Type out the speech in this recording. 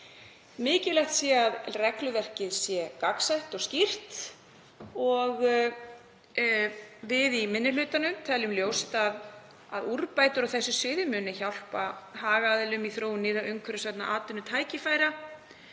Mikilvægt sé að regluverkið sé gagnsætt og skýrt. Við í minni hlutanum teljum ljóst að úrbætur á þessu sviði muni hjálpa hagaðilum í þróun nýrra umhverfisvænna atvinnutækifæra